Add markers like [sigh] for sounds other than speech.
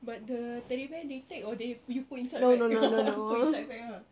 but the teddy bear they take or they you put inside back [laughs] put inside back ah